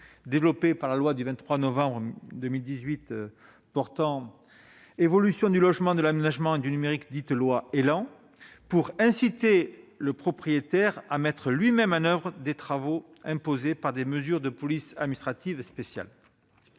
prévues par la loi du 23 novembre 2018 portant évolution du logement, de l'aménagement et du numérique afin d'inciter le propriétaire à mettre lui-même en oeuvre les travaux imposés par des mesures de police administrative spéciale.